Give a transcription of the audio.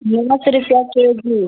نو سو روپیہ کے جی